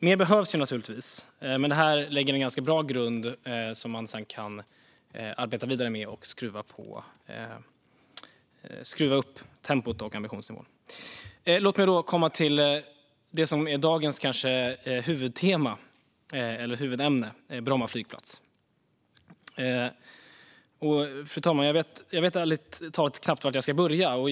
Mer behövs naturligtvis, men det här lägger en ganska bra grund som man sedan kan arbeta vidare med för att skruva upp tempot och ambitionsnivån. Låt mig då komma till det som kanske är dagens huvudämne: Bromma flygplats. Jag vet ärligt talat knappt var jag ska börja, fru talman.